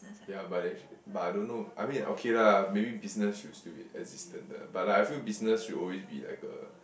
ya but if but I don't know I mean okay lah maybe business should still assistant the but like I feel business should always be like a